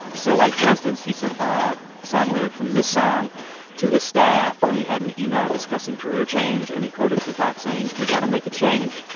so, like, for instance, he sent a song lyric from this song to his staff when he had an email discussing career change. and he quoted tupac, saying, we gotta make a change.